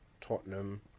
Tottenham